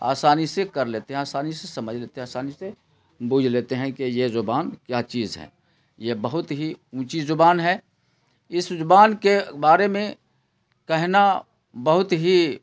آسانی سے کر لیتے ہیں آسانی سے سمجھ لیتے ہیں آسانی سے بوجھ لیتے ہیں کہ یہ زبان کیا چیز ہے یہ بہت ہی اونچی زبان ہے اس زبان کے بارے میں کہنا بہت ہی